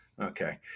Okay